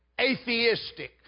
atheistic